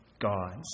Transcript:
gods